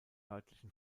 örtlichen